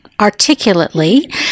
articulately